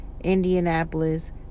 Indianapolis